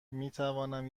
میتوانم